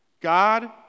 God